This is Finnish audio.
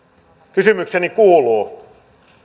kysymykseni kuuluu